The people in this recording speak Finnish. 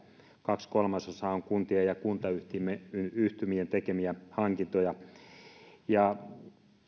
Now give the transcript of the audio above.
kaksi kolmasosaa on kuntien ja kuntayhtymien tekemiä hankintoja